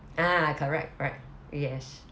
ah correct correct yes